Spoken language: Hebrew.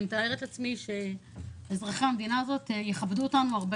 אני מתארת לעצמי שאזרחי המדינה הזאת יכבדו אותנו הרבה